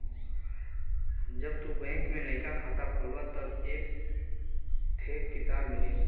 जब तू बैंक में नइका खाता खोलबा तब एक थे किताब मिली